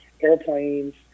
airplanes